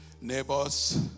neighbors